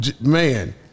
man